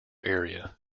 area